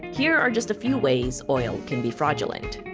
here are just a few ways oil can be fraudulent.